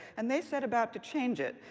and they set about to change it.